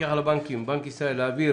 מהמפקח על הבנקים בבנק ישראל להעביר